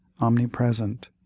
omnipresent